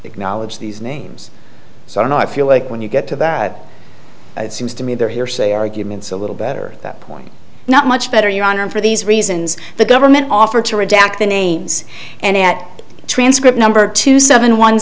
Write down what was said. acknowledge these names so i know i feel like when you get to that it seems to me they're hearsay arguments a little better that point not much better your honor and for these reasons the government offered to redact the names and at transcript number two seven one